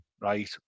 right